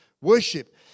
worship